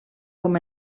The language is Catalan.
com